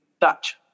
Dutch